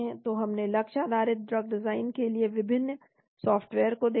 तो हमने लक्ष्य आधारित ड्रग डिजाइन के लिए विभिन्न सॉफ्टवेयर्स को देखा